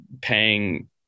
paying